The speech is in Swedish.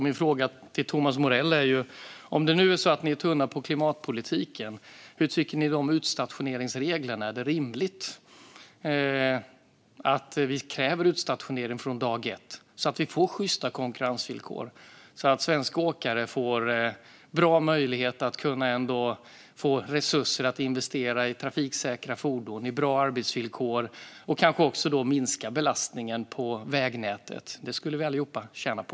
Min fråga till Thomas Morell är: Om det nu är så att ni är tunna när det gäller klimatpolitiken, vad tycker ni om utstationeringsreglerna? Är det rimligt att vi kräver utstationering från dag ett, så att vi får sjysta konkurrensvillkor och så att svenska åkare får en bra möjlighet att få resurser att investera i trafiksäkra fordon och i bra arbetsvillkor och kanske också minska belastningen på vägnätet? Detta skulle vi alla tjäna på.